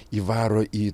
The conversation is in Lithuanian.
įvaro į